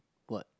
what